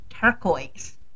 Turquoise